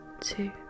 two